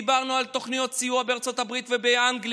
דיברנו על תוכניות סיוע בארצות הברית ובאנגליה.